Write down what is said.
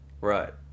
Right